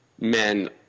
men